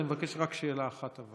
אבל אני מבקש רק שאלה אחת.